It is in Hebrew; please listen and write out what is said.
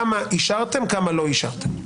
כמה אישרתם וכמה לא אישרתם?